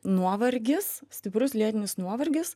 nuovargis stiprus lėtinis nuovargis